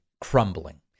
crumbling